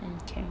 mm can